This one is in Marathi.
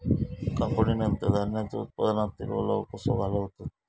कापणीनंतर धान्यांचो उत्पादनातील ओलावो कसो घालवतत?